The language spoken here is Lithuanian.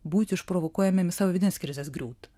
būti išprovokuojamiem į savo vidines krizes griūt